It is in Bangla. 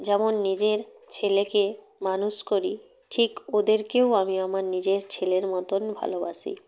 যেমন নিজের ছেলেকে মানুষ করি ঠিক ওদেরকেও আমি আমার নিজের ছেলের মতন ভালোবাসি